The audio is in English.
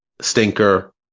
stinker